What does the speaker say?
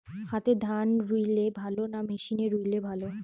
হাতে ধান রুইলে ভালো না মেশিনে রুইলে ভালো?